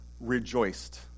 rejoiced